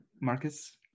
Marcus